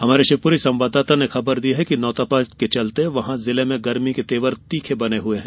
हमारे शिवपुरी संवाददाता ने खबर दी है कि नौतपा के चलते जिले में गर्मी के तेवर तीखे बने हुए हैं